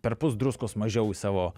perpus druskos mažiau į savo